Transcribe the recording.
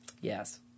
Yes